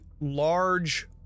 large